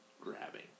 grabbing